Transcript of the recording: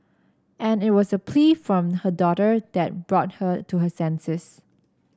and it was a plea from her daughter that brought her to her senses